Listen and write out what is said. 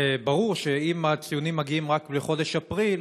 וברור שאם הציונים מגיעים רק בחודש אפריל